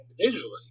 individually